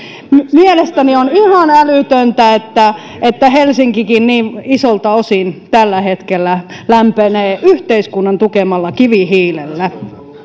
mielestäni on ihan älytöntä että että helsinkikin niin isolta osin tällä hetkellä lämpenee yhteiskunnan tukemalla kivihiilellä